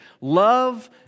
Love